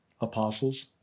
apostles